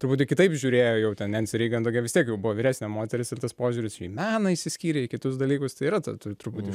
truputį kitaip žiūrėjo jau ten nensi reigan tokia vis tiek buvo vyresnė moteris ir tas požiūris į meną išsiskyrė į kitus dalykus tai yra ta tru truputį